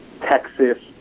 Texas